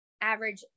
average